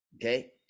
okay